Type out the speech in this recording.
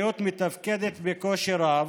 מתפקדת בקושי רב,